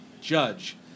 judge